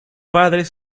padres